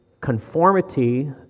conformity